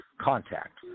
contact